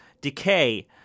Decay